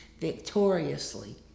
victoriously